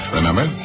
Remember